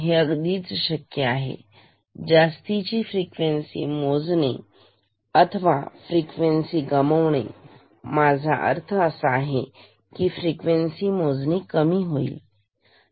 तर हे अगदीच शक्य आहे जास्तीची फ्रिक्वेन्सी मोजणे अथवा फ्रिक्वेन्सी गमवणे माझा अर्थ असा की फ्रिक्वेन्सी मोजणी कमी होईल